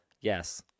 Yes